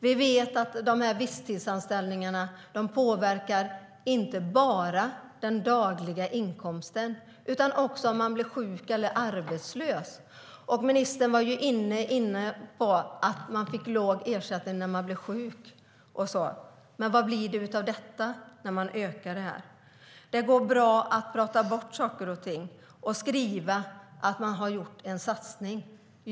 Vi vet att visstidsanställningarna påverkar inte bara den dagliga inkomsten utan också om man blir sjuk eller arbetslös. Ministern var inne på att man får låg ersättning när man blir sjuk, men vad blir följden när man ökar det här? Det går bra att prata bort saker och ting och skriva att man har gjort en satsning.